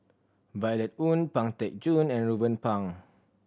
Violet Oon Pang Teck Joon and Ruben Pang